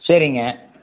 சரிங்க